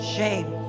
Shame